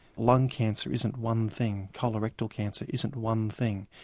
lung cancer isn't one thing. colorectal cancer isn't one thing.